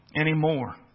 anymore